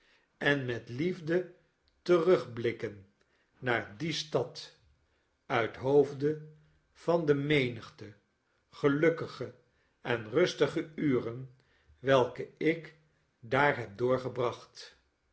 en met liefde terugblikken naar die stad uit hoofde vande menigte gelukkige en rustige uren welke ik daar heb doorgebracht